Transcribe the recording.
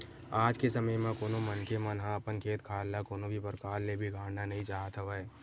आज के समे म कोनो मनखे मन ह अपन खेत खार ल कोनो भी परकार ले बिगाड़ना नइ चाहत हवय